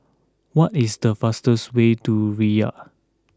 what is the fastest way to Riyadh